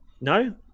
No